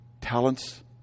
talents